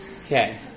Okay